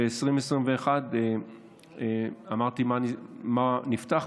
ב-2021 אמרתי מה נפתח,